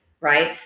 right